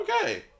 Okay